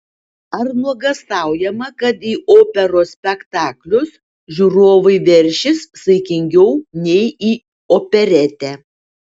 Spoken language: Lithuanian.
ar nuogąstaujama kad į operos spektaklius žiūrovai veršis saikingiau nei į operetę